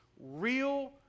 real